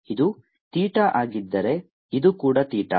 ಇದು ಥೀಟಾ ಆಗಿದ್ದರೆ ಇದು ಕೂಡ ಥೀಟಾ